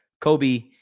Kobe